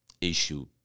issue